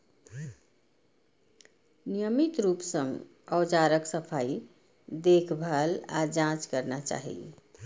नियमित रूप सं औजारक सफाई, देखभाल आ जांच करना चाही